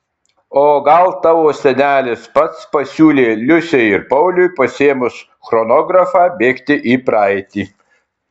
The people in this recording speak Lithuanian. o gal tavo senelis pats pasiūlė liusei ir pauliui pasiėmus chronografą bėgti į praeitį